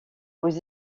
aux